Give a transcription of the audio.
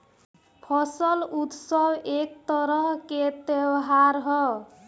फसल उत्सव एक तरह के त्योहार ह